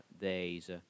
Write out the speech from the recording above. days